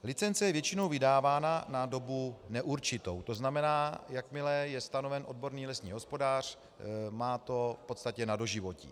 Licence je většinou vydávána na dobu neurčitou, tzn. jakmile je stanoven odborný lesní hospodář, má to v podstatě na doživotí.